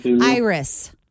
Iris